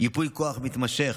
ייפוי כוח מתמשך,